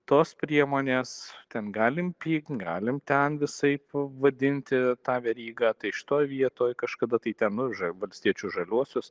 tos priemonės ten galim pykt galime ten visaip vadinti tą verygą tai šitoj vietoj kažkada tai ten nu už valstiečius žaliuosius